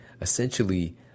essentially